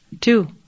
Two